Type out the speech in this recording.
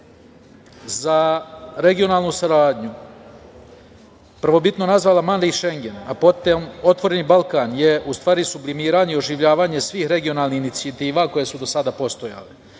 za regionalnu saradnju, prvobitno nazvana „Mali šengen“, a potom „Otvoreni Balkan“ je u stvari sublimiranje i oživljavanje svih regionalnih inicijativa koje su do sada postojale.